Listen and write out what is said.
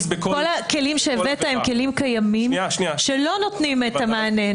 -- כל הכלים שהבאת הם כלים קיימים שלא נותנים מענה,